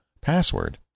password